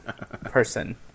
person